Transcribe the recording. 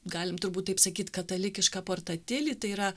galim turbūt taip sakyt katalikišką portatilį tai yra